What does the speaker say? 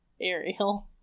Ariel